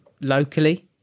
locally